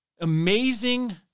amazing